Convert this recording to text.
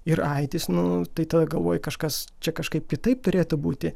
ir aitis nu tai tada galvoj kažkas čia kažkaip kitaip turėtų būti